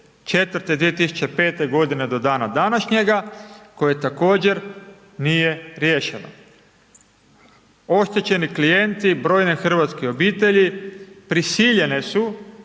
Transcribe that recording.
2004., 2005.g. do dana današnjega, koje također nije riješeno. Oštećeni klijenti, brojne hrvatske obitelji, prisiljene su